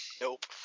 Nope